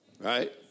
Right